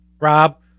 Rob